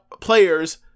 players